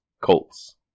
Colts